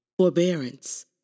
forbearance